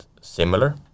similar